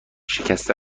شکسته